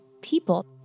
people